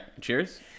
cheers